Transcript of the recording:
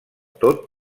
tot